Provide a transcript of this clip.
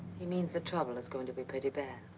he means the trouble is going to be pretty bad.